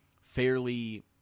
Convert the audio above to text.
fairly